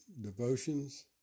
devotions